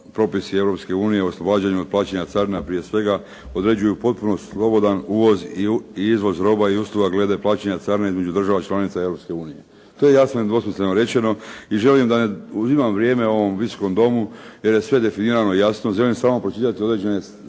Europske unije, oslobađanje od plaćanja carina prije svega određuju potpuno slobodan uvoz i izvoz roba i usluga glede plaćanja carina između država članica Europske unije. To je jasno i dvosmisleno rečeno i želim da ne uzimam vrijeme ovom Visokom domu jer je sve definirano jasno. Želim samo pročitati određene stvari